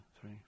three